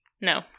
No